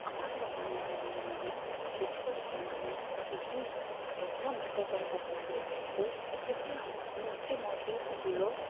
અમારા ગામના યુવાનો શિક્ષક બનીને સિટી એટલા માટે પણ પસંદ કરે છે કે ત્યાં મોટી મોટી સ્કૂલો